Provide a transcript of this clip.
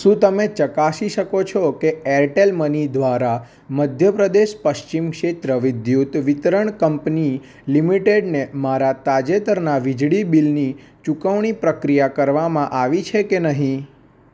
શું તમે ચકાસી શકો છો કે એરટેલ મની દ્વારા મધ્યપ્રદેશ પશ્ચિમ ક્ષેત્ર વિદ્યુત વિતરણ કંપની લિમિટેડને મારા તાજેતરનાં વીજળી બિલની ચુકવણી પ્રક્રિયા કરવામાં આવી છે કે નહીં